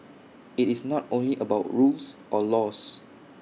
IT is not only about rules or laws